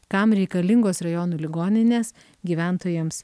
kam reikalingos rajonų ligoninės gyventojams